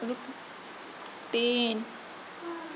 तीन